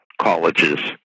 colleges